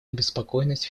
обеспокоенность